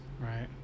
right